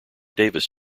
davis